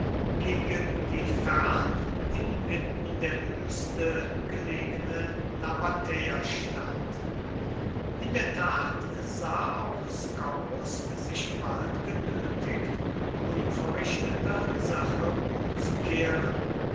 gegen die fern inmitten der wüste gelegene nabatäerstadt in der tat sah auch scaurus sich bald genötigt unverrichteter sache umzukehren